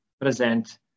present